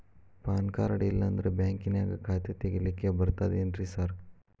PAN card ಇಲ್ಲಂದ್ರ ಬ್ಯಾಂಕಿನ್ಯಾಗ ಖಾತೆ ತೆಗೆಲಿಕ್ಕಿ ಬರ್ತಾದೇನ್ರಿ ಸಾರ್?